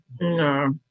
No